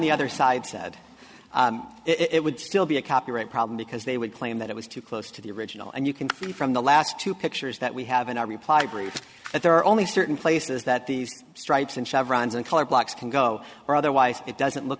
the other side said it would still be a copyright problem because they would claim that it was too close to the original and you can see from the last two pictures that we have in our reply brief that there are only certain places that the stripes and chevrons and colored blocks can go or otherwise it doesn't look